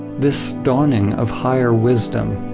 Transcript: this dawning of higher wisdom,